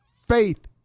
faith